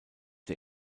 der